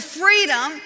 freedom